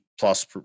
plus